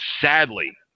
sadly